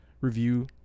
review